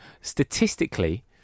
statistically